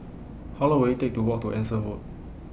How Long Will IT Take to Walk to Anson Road